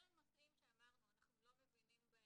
אלה נושאים שאמרנו אנחנו לא מבינים בהם,